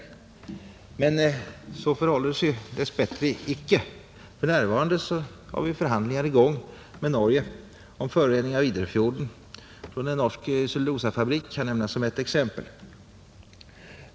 Men så förhåller det sig dess bättre icke. För närvarande har vi förhandlingar i gång med Norge angående förorening av Idefjorden från en norsk cellulosafabrik. Det kan nämnas som ett exempel.